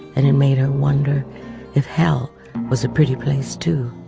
and it made her wonder if hell was a pretty place to